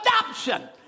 adoption